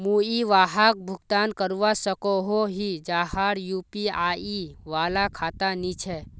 मुई वहाक भुगतान करवा सकोहो ही जहार यु.पी.आई वाला खाता नी छे?